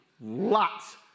lots